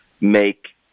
make